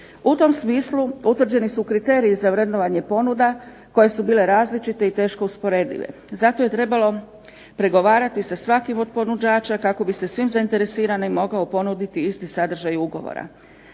U tom smislu utvrđeni su kriteriji za vrednovanje ponuda koje su bile različite i teško usporedive. Zato je trebalo pregovarati sa svakim od ponuđača kako bi se svim zainteresiranim mogao ponuditi isti sadržaj ugovora.